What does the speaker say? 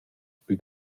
plü